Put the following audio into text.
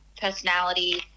personality